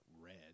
red